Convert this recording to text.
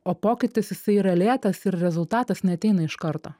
o pokytis jisai yra lėtas ir rezultatas neateina iš karto